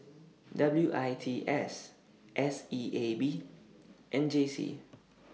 W I T S S E A B and J C